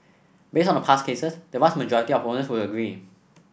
based on past cases the vast majority of owners would agree